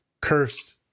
cursed